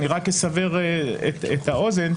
אני רק אסבר את האוזן,